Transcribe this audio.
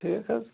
ٹھیٖک حظ